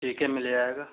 ठीक है मिल जाएगा